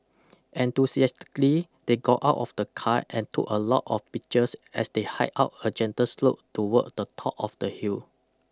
enthusiastically they got out of the car and took a lot of pictures as they hiked up a gentle slope toward the top of the hill